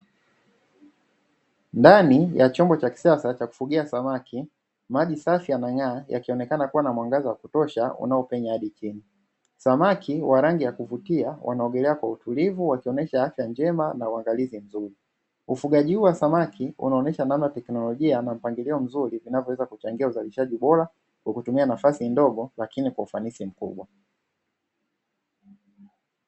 Ndani ya chombo cha kisasa cha kufugia samaki, maji safi yanang'aa yakionekana kuwa na mwanga wa kutosha unaopenyeza hadi chini. Samaki wa rangi ya kuvutia wanaogelea kwa utulivu wakionesha afya njema na uangalizi mzuri. Ufugaji huu wa samaki unaonyesha namna teknolojia na mpangilio mzuri uinavyoweza kuchangia uzalishaji bora kwa kutumia nafasi ndogo lakini kwa ufanisi mkubwa.